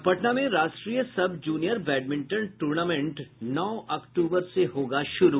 और पटना में राष्ट्रीय सब जूनियर बैडमिंटन टूर्नामेंट नौ अक्टूबर से होगा शुरू